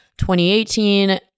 2018